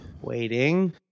Waiting